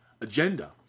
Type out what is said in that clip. agenda